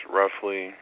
roughly